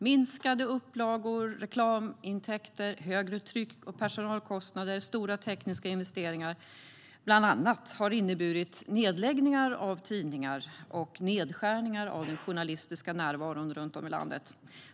Minskade upplagor och reklamintäkter, högre tryck och personalkostnader och stora tekniska investeringar, bland annat, har inneburit nedläggningar av tidningar och nedskärningar i den journalistiska närvaron runt om i landet.